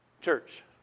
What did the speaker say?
Church